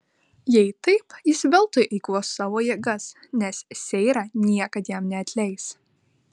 jei taip jis veltui eikvos savo jėgas nes seira niekad jam neatleis